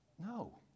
No